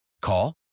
Call